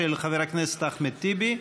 של חבר הכנסת אחמד טיבי,